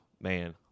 man